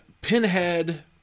Pinhead